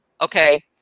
Okay